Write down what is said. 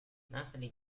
natalie